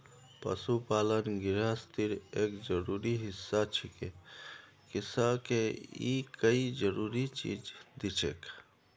पशुपालन गिरहस्तीर एक जरूरी हिस्सा छिके किसअ के ई कई जरूरी चीज दिछेक